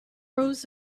rows